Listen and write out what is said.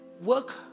work